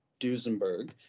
Duesenberg